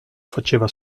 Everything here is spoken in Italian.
faceva